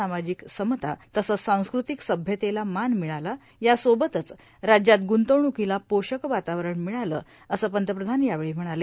समाजिक समता तसंव सांस्कृतिक सभ्यतेला माव मिळला या सोबतच राज्यात ग्रंतवणुकीला पोषक वातावरण भिळालं असं पंतप्रधाव यावेळी म्हणाले